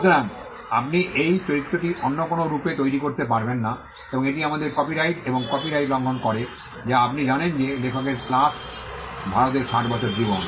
সুতরাং আপনি এই চিত্রটি অন্য কোনও রূপে তৈরি করতে পারবেন না এবং এটি আমাদের কপিরাইট এবং কপিরাইট লঙ্ঘন করে যা আপনি জানেন যে লেখকের প্লাস ভারতে 60 বছর জীবন